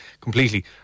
completely